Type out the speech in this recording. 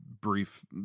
brief